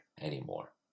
anymore